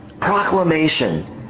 Proclamation